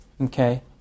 Okay